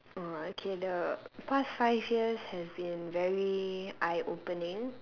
!wah! okay the past five years has been very eye opening